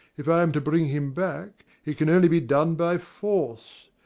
if i am to bring him back it can only be done by force,